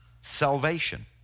salvation